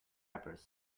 peppers